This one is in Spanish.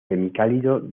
semicálido